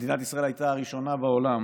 מדינת ישראל הייתה הראשונה בעולם